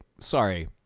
sorry